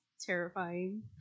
terrifying